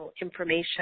information